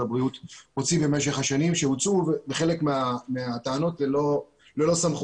הבריאות הוציא במשך השנים שהוצאו וחלק מהטענות ללא סמכות.